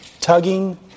tugging